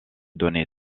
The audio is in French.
donné